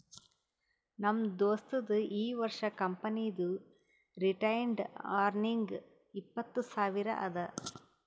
ನಮ್ ದೋಸ್ತದು ಈ ವರ್ಷ ಕಂಪನಿದು ರಿಟೈನ್ಡ್ ಅರ್ನಿಂಗ್ ಇಪ್ಪತ್ತು ಸಾವಿರ ಅದಾ